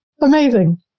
Amazing